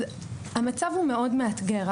אז המצב הוא מאוד מאתגר.